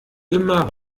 immer